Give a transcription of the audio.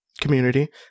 community